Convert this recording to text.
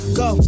go